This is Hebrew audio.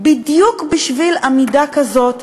בדיוק בשביל עמידה כזאת,